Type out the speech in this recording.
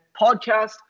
podcast